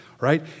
right